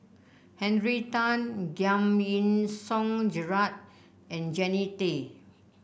Henry Tan Giam Yean Song Gerald and Jannie Tay